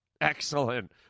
Excellent